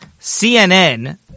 CNN